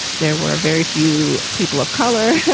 there were very few people of color